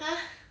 ha